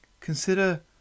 Consider